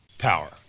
power